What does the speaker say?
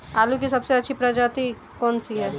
आलू की सबसे अच्छी प्रजाति कौन सी है?